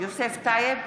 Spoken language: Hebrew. יוסף טייב,